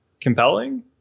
compelling